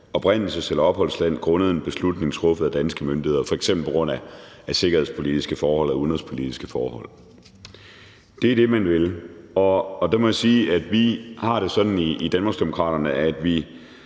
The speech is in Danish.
oprindelses- eller opholdsland grundet en beslutning truffet af danske myndigheder, f.eks. på grund af sikkerhedspolitiske eller udenrigspolitiske forhold. Det er det, man vil. Og der må jeg sige, at vi har det sådan i Danmarksdemokraterne, at vi